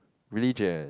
religion